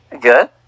Good